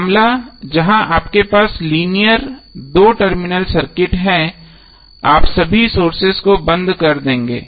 मामला जहां आपके पास लीनियर दो टर्मिनल सर्किट हैं आप सभी सोर्सेस को बंद कर देंगे